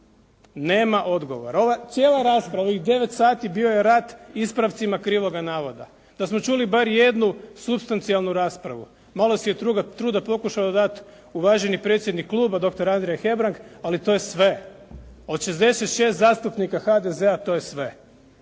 Nema odgovora. Ova cijela rasprava, ovih 9 sati bio je rat ispravcima krivoga navoda. Da smo čuli bar jednu supstancijalnu raspravu. Malo si je truda pokušao dati uvaženi predsjednik kluba dr. Andrija Hebrang, ali to je sve. Od 66 zastupnika HDZ-a to je sve.